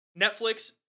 Netflix